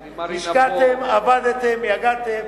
השקעתן, עבדתן, יגעתן.